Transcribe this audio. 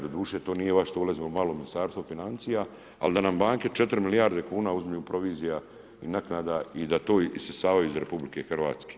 Doduše to nije vaš, to ulazimo malo u Ministarstvo financija, ali da nam banke 4 milijarde kuna uzmu provizija i naknada i da to isisavaju iz RH.